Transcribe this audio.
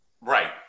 Right